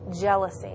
jealousy